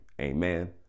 Amen